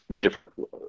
different